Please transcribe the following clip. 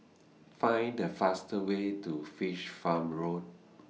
Find The faster Way to Fish Farm Road